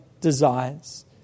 desires